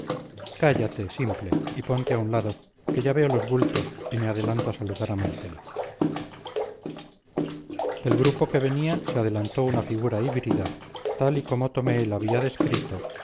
cállate simple y ponte a un lado que ya veo los bultos y me adelanto a saludar a marcela del grupo que venía se adelantó una figura híbrida tal y como tomé la había descrito